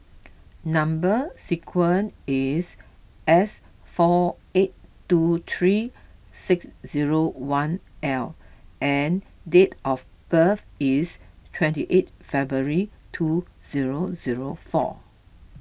Number Sequence is S four eight two three six zero one L and date of birth is twenty eight February two zero zero four